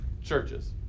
churches